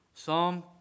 Psalm